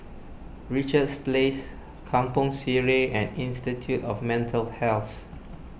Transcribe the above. Richards Place Kampong Sireh and Institute of Mental Health